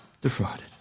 defrauded